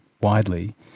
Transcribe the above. widely